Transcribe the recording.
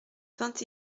vingt